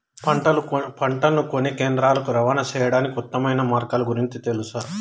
పంటలని కొనే కేంద్రాలు కు రవాణా సేయడానికి ఉత్తమమైన మార్గాల గురించి తెలుసా?